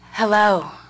Hello